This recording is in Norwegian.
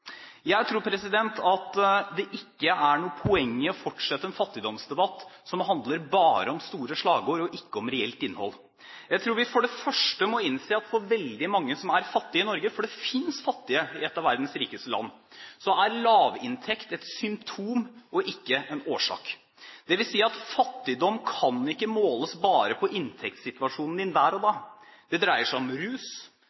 Jeg tror ikke det er noe poeng i å fortsette en fattigdomsdebatt som bare handler om store slagord og ikke om reelt innhold. Jeg tror vi for det første må innse at for veldig mange som er fattige i Norge – for det fins fattige i et av verdens rikeste land – er lavinntekt et symptom og ikke en årsak. Det vil si at fattigdom ikke bare kan måles på inntektssituasjonen din der og